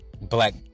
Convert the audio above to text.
black